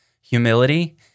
humility